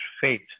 faith